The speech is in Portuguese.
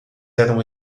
eram